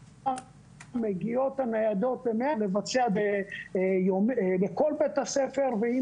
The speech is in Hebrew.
מגיעות הניידות לבצע בדיקות לכל בית הספר ואם